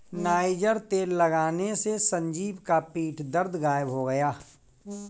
niger तेल लगाने से संजीव का पीठ दर्द गायब हो गया